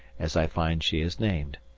as i find she is named.